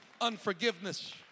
Unforgiveness